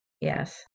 Yes